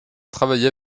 travailler